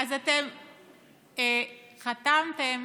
חתמתם